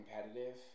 competitive